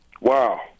Wow